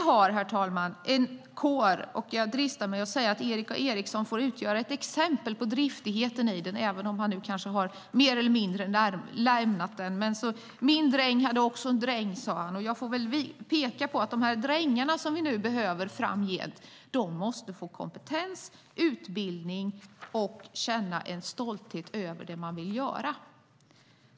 Herr talman! Jag dristar mig att säga att Erik A Eriksson får utgöra ett exempel på driftigheten i vår kår, även om han nu mer eller mindre har lämnat den. Min dräng hade också en dräng, sade han. Jag får peka på att de drängar vi nu behöver framgent måste få kompetens, utbildning och känna en stolthet över det man vill göra.